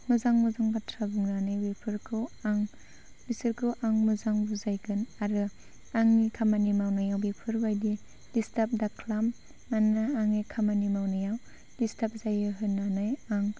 मोजां मोजां बाथ्रा बुंनानै बेफोरखौ आं बिसोरखौ आं मोजां बुजायगोन आरो आंनि खामानि मावनायाव बेफोरबायदि डिस्टार्ब दा खालाम मानोना आंनि खामानि मावनायाव डिस्टार्ब जायो होननानै आं